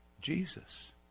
Jesus